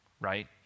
right